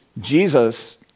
Jesus